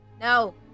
No